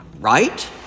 right